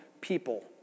people